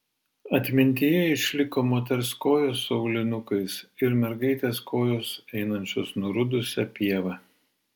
atmintyje išliko moters kojos su aulinukais ir mergaitės kojos einančios nurudusia pieva